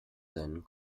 seinen